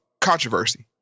controversy